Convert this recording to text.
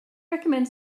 recommend